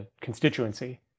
constituency